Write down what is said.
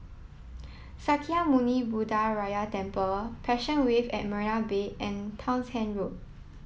Sakya Muni Buddha Gaya Temple Passion Wave at Marina Bay and Townshend Road